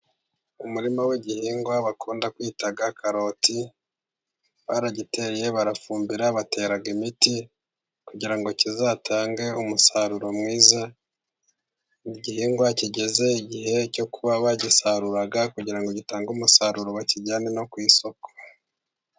Umurima w'igihingwa bakunda kwita karoti baragiteye barafumbira batera imiti, kugira ngo kizatange umusaruro mwiza n'igihingwa kigeze igihe cyo kuba bagisarura kugira ngo gitange umusaruro bakijyane no ku isoko.